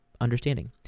understanding